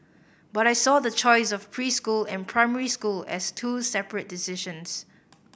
but I saw the choice of preschool and primary school as two separate decisions